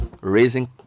raising